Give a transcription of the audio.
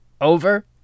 Over